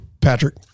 Patrick